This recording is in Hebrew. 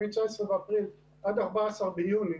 19 באפריל עד 14 ביוני,